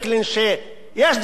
יש דברים אחרים,